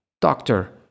Doctor